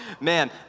man